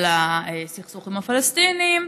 על הסכסוך עם הפלסטינים,